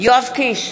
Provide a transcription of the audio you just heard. יואב קיש,